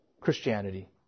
Christianity